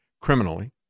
criminally